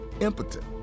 impotent